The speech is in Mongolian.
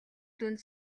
дүнд